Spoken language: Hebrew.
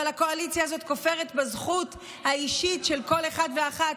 אבל הקואליציה הזאת כופרת בזכות האישית של כל אחד ואחת